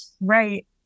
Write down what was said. Right